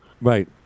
right